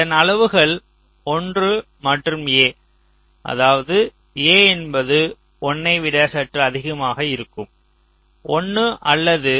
அதன் அளவுகள் 1 மற்றும் A அதாவது A என்பது 1 ஐ விட சற்று அதிகமாக இருக்கும் 1 அல்லது 1